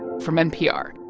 from npr